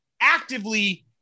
actively